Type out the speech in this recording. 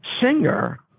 singer